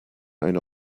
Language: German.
eine